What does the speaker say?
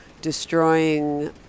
destroying